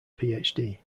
phd